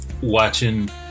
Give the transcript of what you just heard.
watching